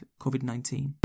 COVID-19